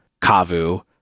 Kavu